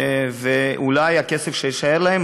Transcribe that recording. ואולי בכסף שיישאר להם,